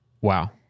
Wow